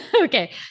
Okay